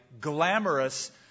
glamorous